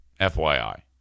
FYI